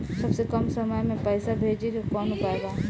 सबसे कम समय मे पैसा भेजे के कौन उपाय बा?